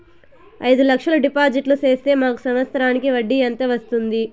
అయిదు లక్షలు డిపాజిట్లు సేస్తే మాకు సంవత్సరానికి వడ్డీ ఎంత వస్తుంది?